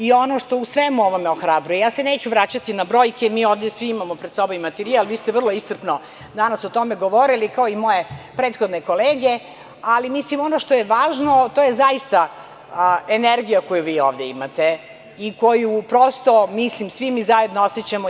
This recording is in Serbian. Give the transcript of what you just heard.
Ono što u svemu ovome ohrabruje, ja se neću vraćati na brojke, mi svi ovde imamo pred sobom materijal, vi ste vrlo iscrpno danas o tome govorili, kao i moje prethodne kolege, ali ono što je važno, to je zaista energija koju vi ovde imate i koju svi zajedno osećamo.